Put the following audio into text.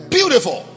Beautiful